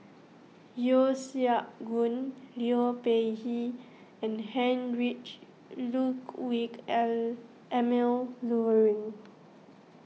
Yeo Siak Goon Liu Peihe and Heinrich Ludwig Emil Luering